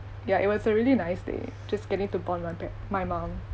ya it was a really nice day just getting to bond my pa~ my mum